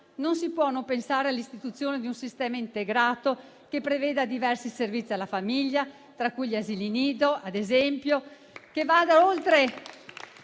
non si può non pensare all'istituzione di un sistema integrato che preveda diversi servizi alla famiglia, tra cui gli asili nido, ad esempio,